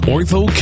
Ortho